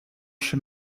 chez